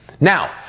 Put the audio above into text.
Now